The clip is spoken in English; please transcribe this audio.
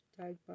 tag